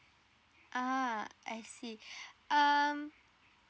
ah I see um